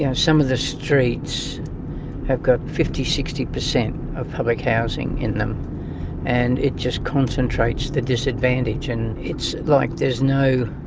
you know some of the street have got fifty percent, sixty percent of public housing in them and it just concentrates the disadvantage and it's like there's no